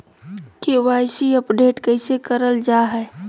KYC update कैसे करल जाहै?